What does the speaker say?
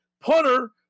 punter